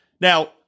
Now